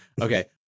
Okay